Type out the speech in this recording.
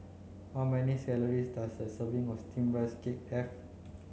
how many does a serving of steamed rice cake have